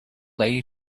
lady